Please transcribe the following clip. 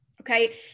Okay